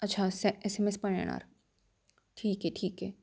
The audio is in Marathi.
अच्छा स एस एम एस पण येणार ठीक आहे ठीक आहे